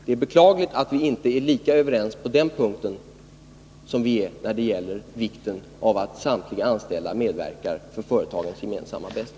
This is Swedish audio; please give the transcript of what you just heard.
Det är beklagligt att vi inte är lika överens på den punkten som vi är när det gäller vikten av att samtliga anställda medverkar för företagens gemensamma bästa.